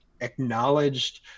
acknowledged